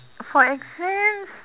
for exams